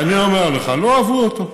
אני אומר לך: לא אהבו אותו.